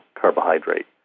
carbohydrate